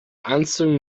anziehung